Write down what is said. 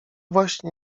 właśnie